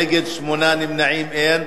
נגד, 8, נמנעים, אין.